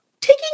taking